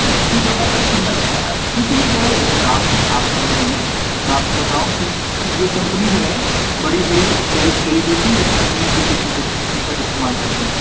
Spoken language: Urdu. اس کی جو اصل قیمت ہے نا چونکہ یہ جو ہے ایک برانڈ ہے آپ سمجھ رہے ہیں میں آپ کو بتاؤں کہ یہ کمپنی جو ہے بڑی بڑی سیل سیلیبریٹی اس کمپنی کی ٹی شرٹ ٹی شرٹ استعمال کرتے ہیں